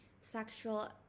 sexual